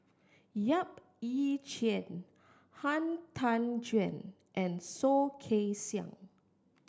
Yap Ee Chian Han Tan Juan and Soh Kay Siang